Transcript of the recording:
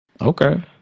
okay